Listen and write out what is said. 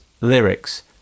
lyrics